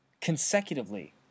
consecutively